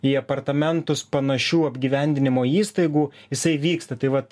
į apartamentus panašių apgyvendinimo įstaigų jisai vyksta tai vat